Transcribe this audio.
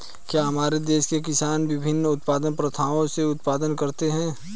क्या हमारे देश के किसान विभिन्न उत्पादन प्रथाओ से उत्पादन करते हैं?